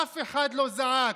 אף אחד לא זעק,